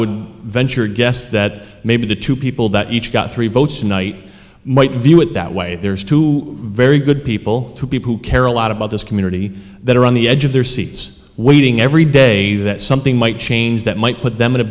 would venture a guess that maybe the two people that each got three votes tonight might view it that way there's two very good people two people who care a lot about this community that are on the edge of their seats waiting every day that something might change that might put them in a